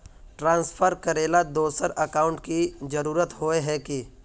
Transfer करेला दोसर account की जरुरत होय है की?